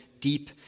deep